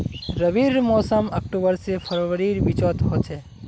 रविर मोसम अक्टूबर से फरवरीर बिचोत होचे